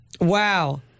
wow